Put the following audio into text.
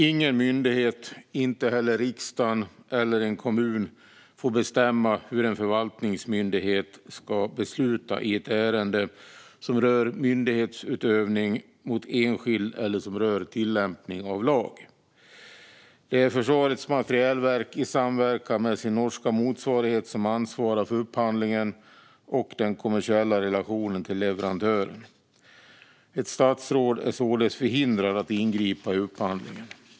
Ingen myndighet, inte heller riksdagen eller en kommun, får bestämma hur en förvaltningsmyndighet ska besluta i ett ärende som rör myndighetsutövning mot enskild eller som rör tillämpning av lag. Det är Försvarets materielverk i samverkan med sin norska motsvarighet som ansvarar för upphandlingen och den kommersiella relationen med leverantören. Ett statsråd är således förhindrad att ingripa i upphandlingen.